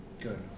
good